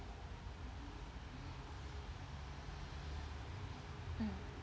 mm